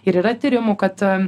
ir yra tyrimų kad